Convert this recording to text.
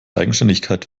eigenständigkeit